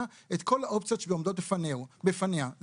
את כל האופציות שעומדות בפניה כדי לקבל החלטה,